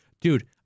Dude